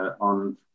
on